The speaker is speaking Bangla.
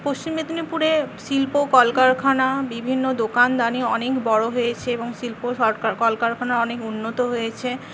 পশ্চিম মেদিনীপুরে শিল্প কলকারখানা বিভিন্ন দোকান দানি অনেক বড়ো হয়েছে এবং শিল্প কলকারখানা উন্নত হয়েছে